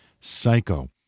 Psycho